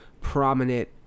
prominent